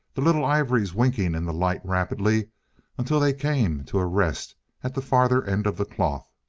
the little ivories winking in the light rapidly until they came to a rest at the farther end of the cloth.